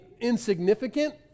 insignificant